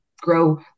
grow